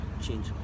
change